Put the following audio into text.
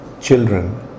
children